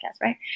right